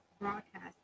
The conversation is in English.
broadcast